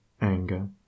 anger